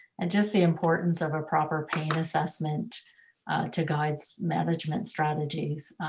and just the importance of a proper pain assessment to guides management strategies.